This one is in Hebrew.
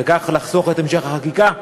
וכך לחסוך את המשך החקיקה.